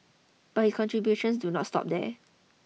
but his contributions do not stop there